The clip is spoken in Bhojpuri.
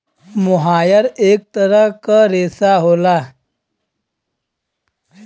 मोहायर इक तरह क रेशा होला